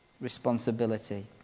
responsibility